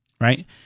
right